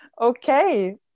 okay